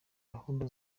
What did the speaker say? gahunda